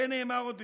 זה נאמר עוד ב-1967.